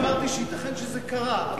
אני אמרתי שייתכן שזה קרה.